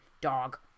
dog